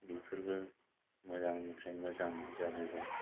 बेफोरबो मोजांनिफ्राय मोजां जाबोबाय